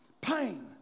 pain